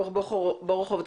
ברוך בורוכוב,